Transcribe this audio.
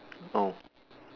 oh